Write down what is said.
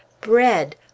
bread